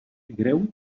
greu